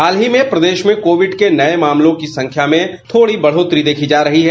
हाल ही में प्रदेश में कोविड़ के नए मामलों की संख्या में थोड़ी बढ़ोतरी देखी जा रही है